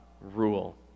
rule